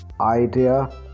idea